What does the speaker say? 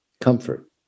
comfort